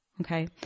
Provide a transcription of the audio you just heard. Okay